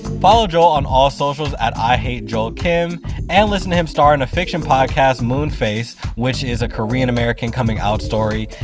follow joel on all socials at ihatejoelkim and listen to him star in a fiction podcast, moonface, which is a korean-american coming out story.